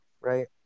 right